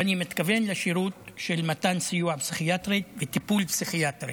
ואני מתכוון לשירות של מתן סיוע פסיכיאטרי וטיפול פסיכיאטרי.